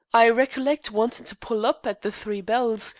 i recollect wantin' to pull up at the three bells,